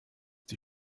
die